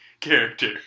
character